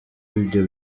ibyo